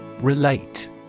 Relate